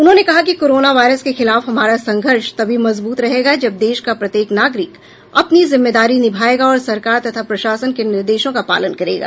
उन्होंने कहा कि कोरोना वायरस के खिलाफ हमारा संघर्ष तभी मजबूत रहेगा जब देश का प्रत्येक नागरिक अपनी जिम्मेदारी निभायेगा और सरकार तथा प्रशासन के निर्देशों का पालन करेगा